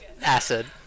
acid